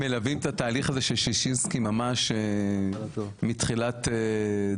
האמת ששלומי ורחל מלווים את התהליך הזה של שישינסקי ממש מתחילת דרכו,